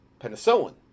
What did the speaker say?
penicillin